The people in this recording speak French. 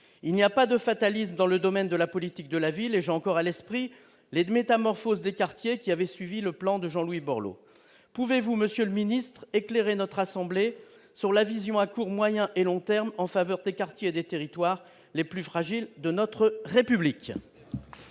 il n'y a pas de fatalisme dans le domaine de la politique de la ville et j'encore à l'esprit les 2 Métamorphose des quartiers qui avait suivi le plan de Jean-Louis Borloo, pouvez-vous, Monsieur le Ministre, éclairez notre assemblée sur la vision à court, moyen et long terme en faveur des quartiers des territoires les plus fragiles de notre République.